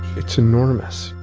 it's enormous.